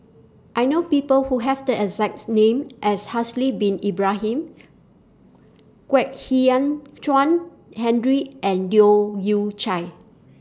I know People Who Have The exact name as Haslir Bin Ibrahim Kwek Hian Chuan Hendry and Leu Yew Chye